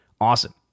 awesome